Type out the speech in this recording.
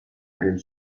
einen